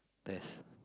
test